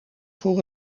voor